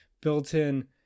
built-in